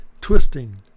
twisting